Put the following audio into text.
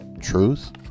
truth